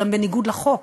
אלא בניגוד לחוק.